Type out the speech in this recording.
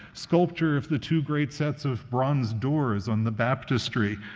sculptor of the two great sets of bronze doors on the baptistry,